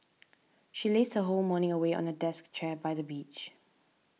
she lazed her whole morning away on a deck chair by the beach